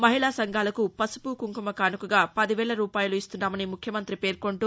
మహిళ సంఘాలకు పసుపు కుంకుమ కానుకగా పదివేల రూపాయలు ఇస్తున్నామని ముఖ్యమంతి పేర్కొంటూ